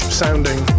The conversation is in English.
sounding